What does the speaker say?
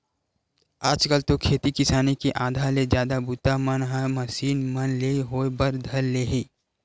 आज कल तो खेती किसानी के आधा ले जादा बूता मन ह मसीन मन ले होय बर धर ले हे